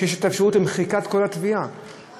שיש אפשרות של מחיקת כל התביעה,